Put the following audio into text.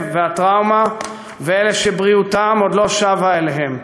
והטראומה ואלה שבריאותם עוד לא שבה אליהם,